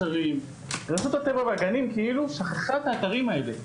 רשות הטבע והגנים כאילו שכחה את האתרים האלה.